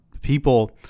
people